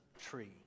tree